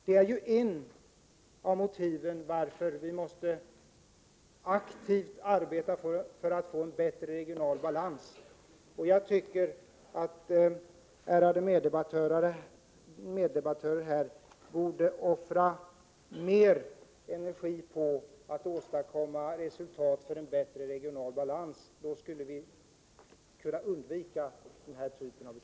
Det är ju ett av motiven till att vi måste aktivt arbeta för att skapa en bättre regional balans. Jag tycker att mina ärade meddebattörer borde offra mer energi på att åstadkomma resultat i regionalpolitiken, så att denna typ av beslut skall kunna undvikas.